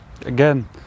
again